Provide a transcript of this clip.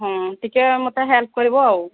ହଁ ଟିକେ ମୋତେ ହେଲ୍ପ କରିବ ଆଉ